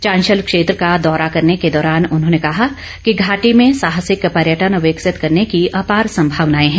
चांशल क्षेत्र का दौरा करने के दौरान उन्होंने कहा कि घाटी में साहसिक पर्यटन विकसित करने की आपार संभावनाएं हैं